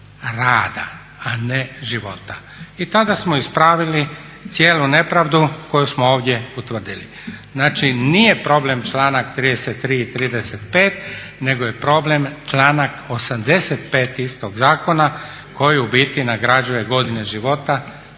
rada, a ne života. I tada smo ispravili cijelu nepravdu koju smo ovdje utvrdili. Znači, nije problem članak 33. i 35. nego je problem članak 85. istog zakona koji u biti nagrađuje godine života